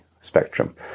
spectrum